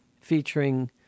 featuring